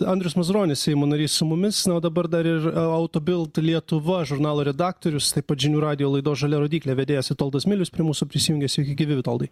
andrius mazuronis seimo narys su mumis na o dabar dar ir auto bild lietuva žurnalo redaktorius taip pat žinių radijo laidos žalia rodyklė vedėjas vitoldas milius prie mūsų prisijungė sveiki gyvi vitoldai